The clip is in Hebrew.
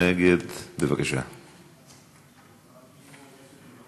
ההצעה להעביר את